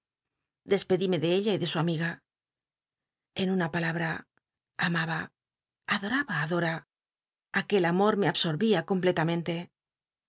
despedime de ella y de u amiga en una palabra amaba adomba á dora aquel amor me absorbía completamente